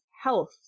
health